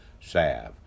salve